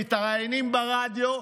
מתראיינים ברדיו,